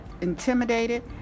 intimidated